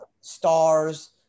Stars